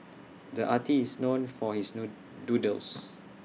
the artist is known for his noon doodles